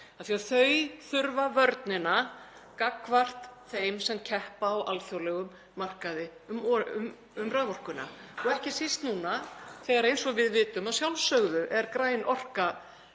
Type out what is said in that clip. að þau þurfa vörnina gagnvart þeim sem keppa á alþjóðlegum markaði um raforkuna og ekki síst núna þegar, eins og við vitum að sjálfsögðu, græn orka